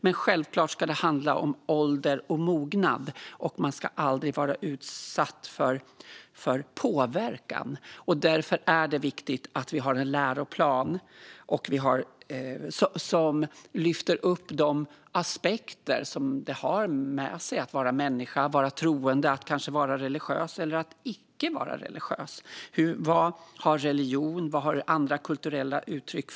Men självklart ska det handla om ålder och mognad, och man ska aldrig vara utsatt för påverkan. Därför är det viktigt att vi har en läroplan som lyfter upp de aspekter som det innebär att vara människa, vara troende, kanske vara religiös eller att vara icke-religiös. Vilken plats i samhället har religion och andra kulturella uttryck?